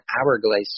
hourglass